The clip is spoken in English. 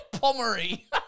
Pomery